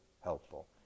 helpful